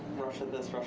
russia this,